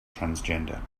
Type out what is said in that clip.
transgender